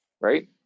right